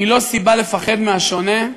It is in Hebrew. הם לא סיבה לפחד מהשונה.